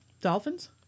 Dolphins